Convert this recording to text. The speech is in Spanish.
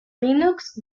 linux